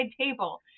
table